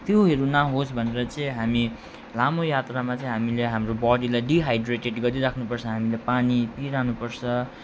त्योहरू नाहोस् भनेर चाहिँ हामी लामो यात्रामा चाहिँ हामीले हाम्रो बडीलाई डिहाइड्रेटेड गरि राख्नुपर्छ हामीले पानी पिइ रहनुपर्छ